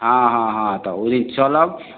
हँ हँ हँ तऽ ओइ दिन चलब